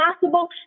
possible